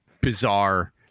bizarre